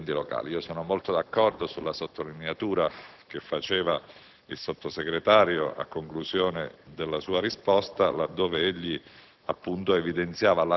coinvolgendo gli enti locali. Sono particolarmente d'accordo con la sottolineatura che faceva il Sottosegretario a conclusione della sua risposta, laddove egli